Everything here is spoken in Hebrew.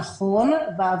זה נכון.